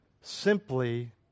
simply